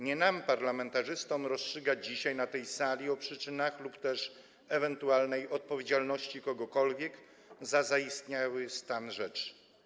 Nie nam, parlamentarzystom, rozstrzygać dzisiaj na tej sali o przyczynach lub też ewentualnej odpowiedzialności kogokolwiek za zaistniały stan rzeczy.